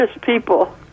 people